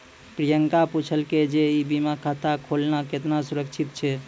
प्रियंका पुछलकै जे ई बीमा खाता खोलना केतना सुरक्षित छै?